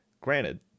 granted